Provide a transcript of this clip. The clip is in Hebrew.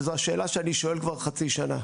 וזו השאלה שאני שואל כבר חצי שנה.